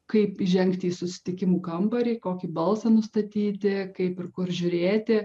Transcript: kaip įžengti į susitikimų kambarį kokį balsą nustatyti kaip ir kur žiūrėti